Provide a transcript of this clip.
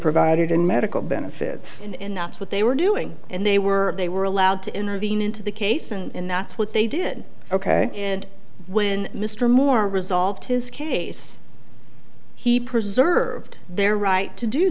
provided in medical benefits and that's what they were doing and they were they were allowed to intervene into the case and that's what they did ok and when mr moore resolved his case he preserved their right to do